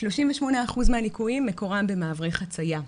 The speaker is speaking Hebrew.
38% מהליקויים מקורם במעברי חצייה.